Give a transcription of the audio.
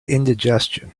indigestion